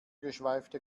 geschweifte